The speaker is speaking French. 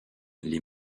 les